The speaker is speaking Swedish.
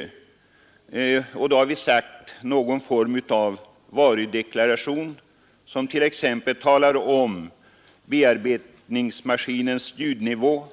I den avsikten har vi sagt att någon form av varudeklaration, som t.ex. talar om en bearbetningsmaskins ljudnivå,